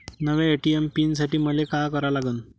नव्या ATM PIN साठी मले का करा लागन?